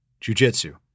jujitsu